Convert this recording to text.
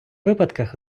випадках